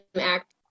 Act